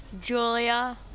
Julia